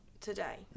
today